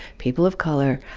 people of color,